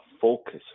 focus